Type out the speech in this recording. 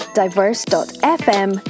diversefm